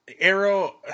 arrow